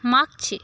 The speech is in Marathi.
मागचे